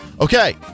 Okay